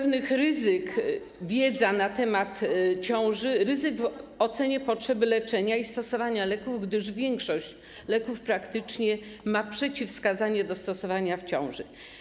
Wiedza na temat ciąży dotyczy pewnych ryzyk w ocenie potrzeby leczenia i stosowania leków, gdyż większość leków praktycznie ma przeciwskazanie do stosowania w ciąży.